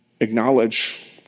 acknowledge